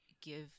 give